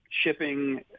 shipping